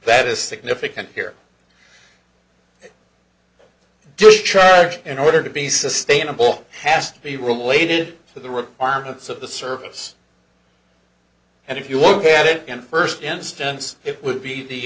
that is significant here detroit in order to be sustainable past be related to the requirements of the service and if you look at it in first instance it would be the